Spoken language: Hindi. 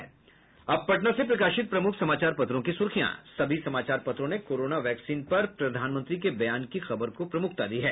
अब पटना से प्रकाशित प्रमुख समाचार पत्रों की सुर्खियां सभी समाचार पत्रों ने कोरोना वैक्सीन पर प्रधानमंत्री के बयान की खबर को प्रमुखता दी है